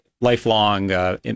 lifelong